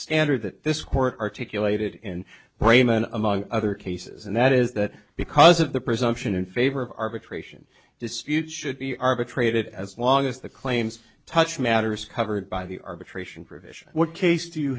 standard that this court articulated in braman among other cases and that is that because of the presumption in favor of arbitration dispute should be arbitrated as long as the claims touch matters covered by the arbitration provision what case do you